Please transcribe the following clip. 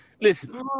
Listen